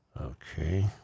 Okay